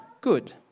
Good